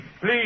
please